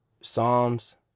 Psalms